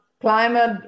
climate